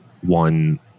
one